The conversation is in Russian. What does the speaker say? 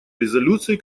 резолюции